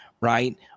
right